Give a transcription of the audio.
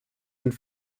and